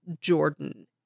Jordan